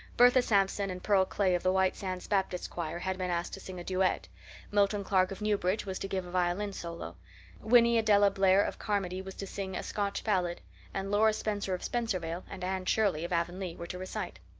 bertha sampson and pearl clay of the white sands baptist choir had been asked to sing a duet milton clark of newbridge was to give a violin solo winnie adella blair of carmody was to sing a scotch ballad and laura spencer of spencervale and anne shirley of avonlea were to recite.